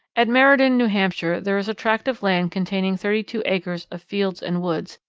at meriden, new hampshire, there is a tract of land containing thirty-two acres of fields and woods,